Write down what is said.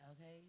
okay